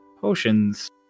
potions